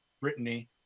Brittany